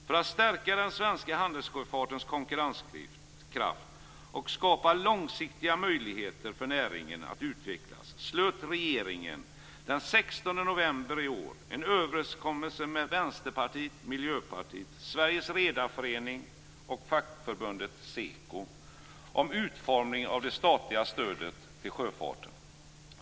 För att stärka den svenska handelssjöfartens konkurrenskraft och skapa långsiktiga möjligheter för näringen att utvecklas slöt regeringen den 16 november i år en överenskommelse med Vänsterpartiet, Miljöpartiet, Sveriges Redareförening och fackförbundet SEKO om utformningen av det statliga stödet till sjöfarten.